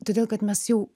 todėl kad mes jau